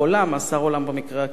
מאסר עולם במקרה הקיצוני,